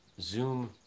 zoom